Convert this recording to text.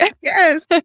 Yes